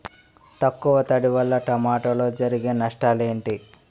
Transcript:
తక్కువ తడి వల్ల టమోటాలో జరిగే నష్టాలేంటి?